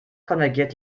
konvergiert